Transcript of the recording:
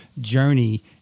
journey